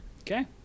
Okay